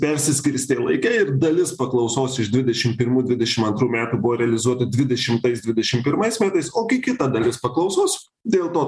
persiskirstė laike ir dalis paklausos iš dvidešim pirmų dvidešim antrų metų buvo realizuota dvidešimtais dvidešim pirmais metais o gi kita dalis paklausos dėl to